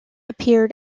appear